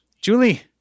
Julie